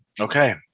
okay